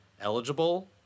eligible